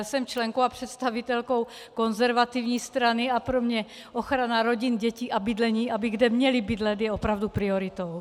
Jsem členkou a představitelkou konzervativní strany a pro mne ochrana rodin, dětí a bydlení, aby měly kde bydlet, je opravdu prioritou.